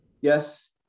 Yes